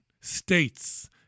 states